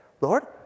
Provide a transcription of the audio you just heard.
Lord